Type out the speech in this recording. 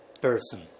person